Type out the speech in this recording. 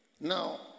Now